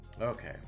Okay